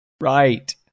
Right